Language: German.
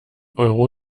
euro